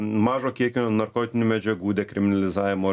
mažo kiekio narkotinių medžiagų dekriminalizavimo